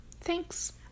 Thanks